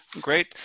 Great